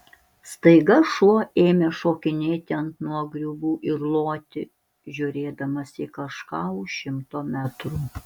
staiga šuo ėmė šokinėti ant nuogriuvų ir loti žiūrėdamas į kažką už šimto metrų